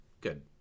good